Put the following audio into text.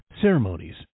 ceremonies